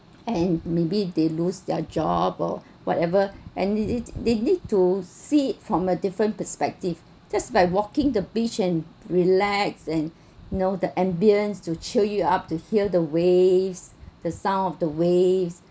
and maybe they lose their job or whatever and they they they need to see it from a different perspective just by walking the beach and relax and you know the ambience to cheer you up to hear the waves the sound of the waves